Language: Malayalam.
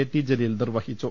ടി ജലീൽ നിർവ്വഹിച്ചു